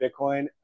Bitcoin